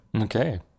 Okay